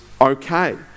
okay